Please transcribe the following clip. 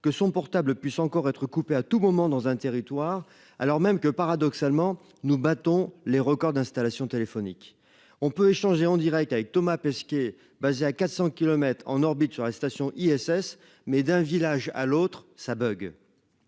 que son portable puisse encore être coupé à tout moment dans un territoire alors même que paradoxalement nous battons les records d'installation téléphonique on peut échanger en Direct avec Thomas Pesquet basé à 400 kilomètres en orbite son arrestation ISS mais d'un village à l'autre ça bug.